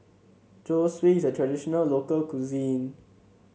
Zosui is a traditional local cuisine